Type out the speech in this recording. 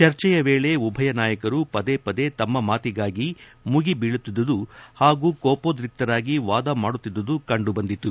ಚರ್ಚೆಯ ವೇಳೆ ಉಭಯ ನಾಯಕರು ಪದೇ ಪದೇ ತಮ್ನ ಮಾತಿಗಾಗಿ ಮುಗಿ ಬೀಳುತ್ತಿದ್ದುದು ಹಾಗೂ ಕೋಪೋದ್ರಿಕ್ತರಾಗಿ ವಾದ ಮಾಡುತ್ತಿದ್ದುದು ಕಂಡು ಬಂದಿತು